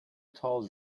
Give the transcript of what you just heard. toll